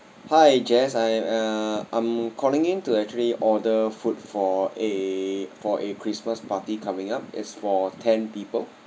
hi jess I uh I'm calling in to actually order food for a for a christmas party coming up it's for ten people